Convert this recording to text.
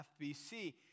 FBC